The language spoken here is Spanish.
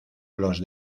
los